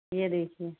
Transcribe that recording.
ये देखिये